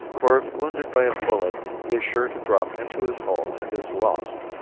for if wounded by a bullet he is sure to drop into his hole and is lost,